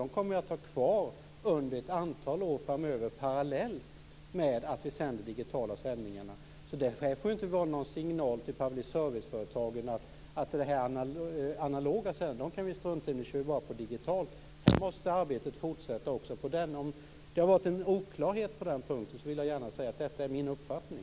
Vi kommer att ha dem kvar under ett antal år framöver parallellt med de digitala sändningarna. Detta får inte vara någon signal till public service-företagen att man kan strunta i de analoga sändningarna och bara köra de digitala. Här måste arbetet också fortsätta. Om det har varit några oklarheter på den punkten, så vill jag gärna säga att detta är min uppfattning.